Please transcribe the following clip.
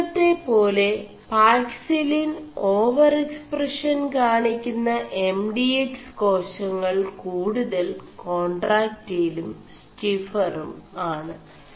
മുൻപെø േപാെല paxillin over expression കാണി ുM എം ഡി എക്സ്േകാശÆൾ കൂടുതൽ േകാൺ4ടാക്ൈടലും ¶ിഫറും ആണ്